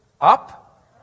up